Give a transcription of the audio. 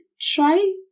try